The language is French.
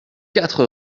quatre